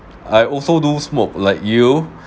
I also do smoke like you